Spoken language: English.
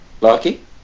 Lucky